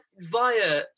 via